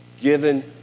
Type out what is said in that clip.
given